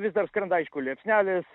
vis dar skrenda aišku liepsnelės